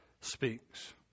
speaks